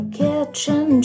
kitchen